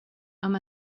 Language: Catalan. amb